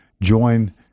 join